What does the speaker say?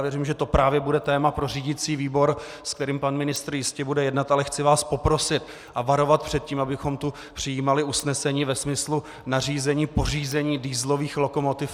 Věřím, že to právě bude téma pro řídicí výbor, s kterým pan ministr jistě bude jednat, ale chci vás poprosit a varovat před tím, abychom tu přijímali usnesení ve smyslu nařízení pořízení dieselových lokomotiv.